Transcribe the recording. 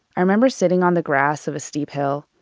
i remember sitting on the grass of a steep hill.